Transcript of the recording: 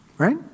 Right